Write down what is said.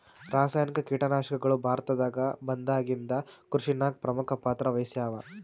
ರಾಸಾಯನಿಕ ಕೀಟನಾಶಕಗಳು ಭಾರತದಾಗ ಬಂದಾಗಿಂದ ಕೃಷಿನಾಗ ಪ್ರಮುಖ ಪಾತ್ರ ವಹಿಸ್ಯಾವ